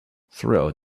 throughout